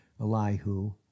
Elihu